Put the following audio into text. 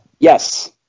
Yes